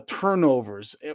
turnovers